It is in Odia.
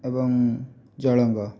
ଏବଂ ଜଳଙ୍ଗ